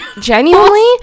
genuinely